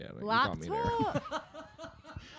Laptop